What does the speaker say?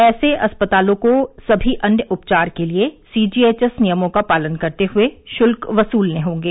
ऐसे अस्पतालों को सभी अन्य उपचार के लिए सीजीएवएस नियमों का पालन करते हुए शुल्क वसूलने होंगे